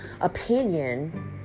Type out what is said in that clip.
opinion